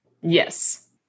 Yes